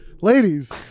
ladies